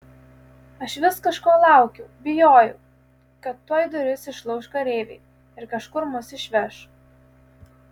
aš vis kažko laukiau bijojau kad tuoj duris išlauš kareiviai ir kažkur mus išveš